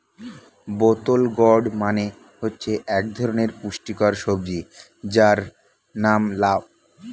বোতল গোর্ড মানে হচ্ছে এক ধরনের পুষ্টিকর সবজি যার নাম লাউ